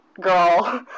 Girl